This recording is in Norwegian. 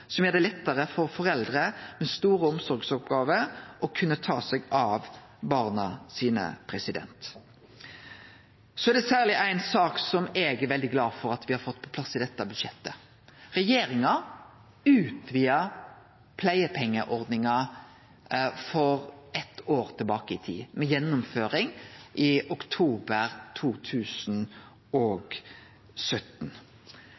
som gjer det lettare for foreldre med store omsorgsoppgåver å kunne ta seg av barna sine. Så er det særleg ei sak som eg er veldig glad for at me har fått på plass i dette budsjettet: Regjeringa utvidar pleiepengeordninga for eitt år tilbake i tid, med gjennomføring i oktober